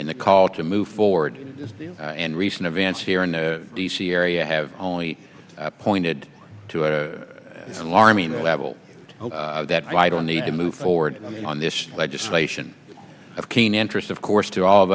in the call to move forward and recent events here in the d c area have only pointed to an alarming level that i don't need to move forward on this legislation of keen interest of course to all of